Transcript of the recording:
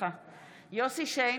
יוסף שיין,